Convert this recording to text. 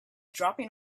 dropping